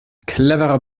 cleverer